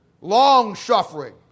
Long-suffering